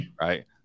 right